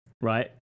Right